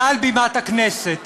ומעל בימת הכנסת